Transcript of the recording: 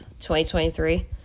2023